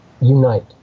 unite